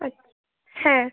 আচ্ছা হ্যাঁ